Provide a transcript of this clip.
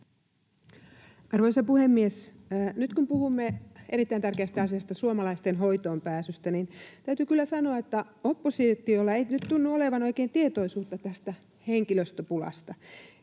Arvoisa puhemies! Nyt kun puhumme erittäin tärkeästä asiasta, suomalaisten hoitoon pääsystä, niin täytyy kyllä sanoa, että oppositiolla ei nyt tunnu olevan oikein tietoisuutta tästä henkilöstöpulasta.